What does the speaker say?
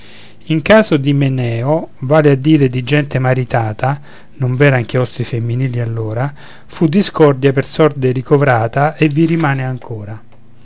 in casa d'imeneo vale a dire di gente maritata non v'eran chiostri femminili allora fu discordia per sorte ricovrata e vi rimane ancora